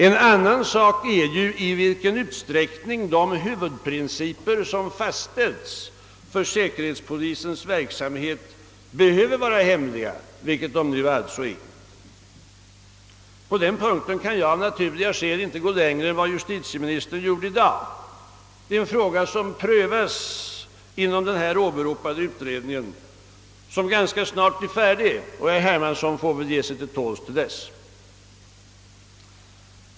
En helt annan är i vilken utsträckning de huvudprinciper som fastställts för säkerhetspolisens verksamhet behöver vara hemliga, vilket de alltså nu är. På den punkten kan jag av naturliga skäl inte gå längre än vad justitieministern gjorde i dag. Det är en fråga som prövas inom den här åberopade utredningen, som ganska snart blir färdig. Herr Hermansson får ge sig till tåls till dess.